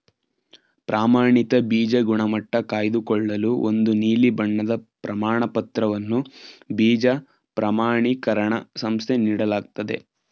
ಪ್ರಮಾಣಿತ ಬೀಜ ಗುಣಮಟ್ಟ ಕಾಯ್ದುಕೊಳ್ಳಲು ಒಂದು ನೀಲಿ ಬಣ್ಣದ ಪ್ರಮಾಣಪತ್ರವನ್ನು ಬೀಜ ಪ್ರಮಾಣಿಕರಣ ಸಂಸ್ಥೆ ನೀಡಲಾಗ್ತದೆ